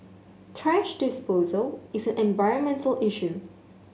thrash disposal is an environmental issue